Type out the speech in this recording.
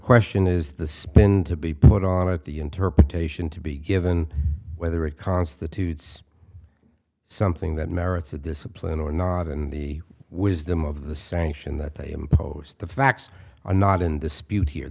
question is the spin to be put on it the interpretation to be given whether it constitutes something that merits the discipline or not and the wisdom of the sanction that they imposed the facts are not in the spewed here